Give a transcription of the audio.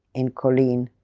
in kolin,